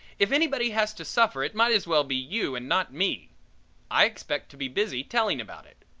if anybody has to suffer it might as well be you and not me i expect to be busy telling about it.